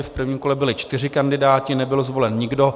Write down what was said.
V prvním kole byli čtyři kandidáti, nebyl zvolen nikdo.